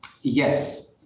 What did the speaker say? Yes